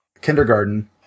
kindergarten